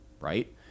right